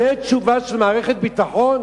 זו תשובה של מערכת ביטחון?